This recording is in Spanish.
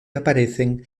aparecen